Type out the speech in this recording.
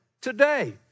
today